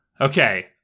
okay